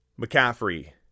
McCaffrey